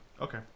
Okay